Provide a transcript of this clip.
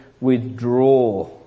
withdraw